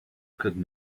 could